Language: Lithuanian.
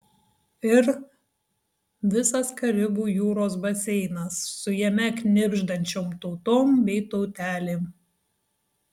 ir visas karibų jūros baseinas su jame knibždančiom tautom bei tautelėm